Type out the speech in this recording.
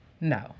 no